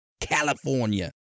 California